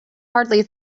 hardly